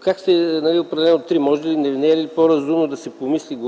Как сте определили срок от три години? Не е ли по разумно да се помисли